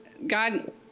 God